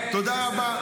תודה רבה.